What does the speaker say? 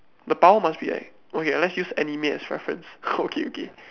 the power must be like okay let's use anime as reference okay okay